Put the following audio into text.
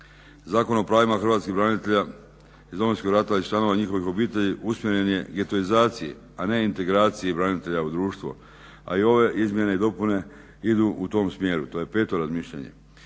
Zakon o pravima hrvatskih branitelja iz Domovinskog rata i članova njihovih obitelji usmjeren je getoizaciji, a ne integraciji branitelja u društvo, a i ove izmjene i dopune idu u tom smjeru. To je peto razmišljanje.